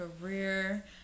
career